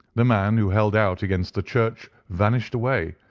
the man who held out against the church vanished away,